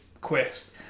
quest